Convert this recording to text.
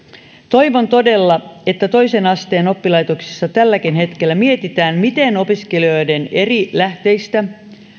toivon todella että toisen asteen oppilaitoksissa tälläkin hetkellä mietitään miten opiskelijoiden eri lähteistä